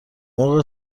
مرغ